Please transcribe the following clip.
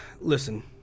Listen